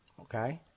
okay